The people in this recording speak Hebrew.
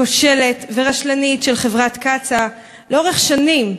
כושלת ורשלנית של חברת קצא"א לאורך שנים,